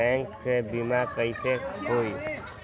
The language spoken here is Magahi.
बैंक से बिमा कईसे होई?